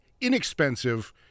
inexpensive